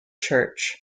church